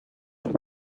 into